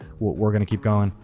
we're going to keep going,